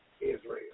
Israel